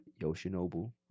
Yoshinobu